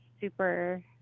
super